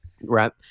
Right